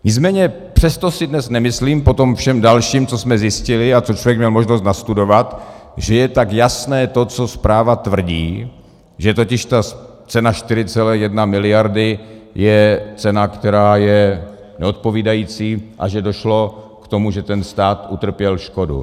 Nicméně přesto si dnes nemyslím po tom všem dalším, co jsme zjistili a co člověk měl možnost nastudovat, že je tak jasné to, co zpráva tvrdí, že totiž ta cena 4,1 miliardy je cena, která je neodpovídající, a že došlo k tomu, že stát utrpěl škodu.